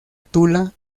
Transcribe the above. tula